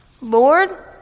Lord